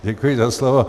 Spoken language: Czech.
Děkuji za slovo.